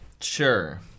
Sure